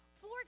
four